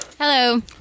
Hello